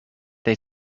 they